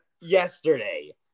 yesterday